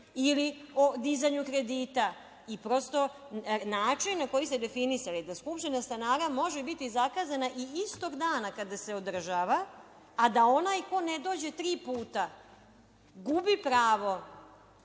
ili o dizanju kredita. Prosto način na koji ste definisali da skupština stanara može biti zakazana istog dana kada se održava, a da onaj ko ne dođe tri puta gubi pravo